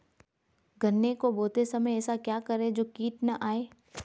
गन्ने को बोते समय ऐसा क्या करें जो कीट न आयें?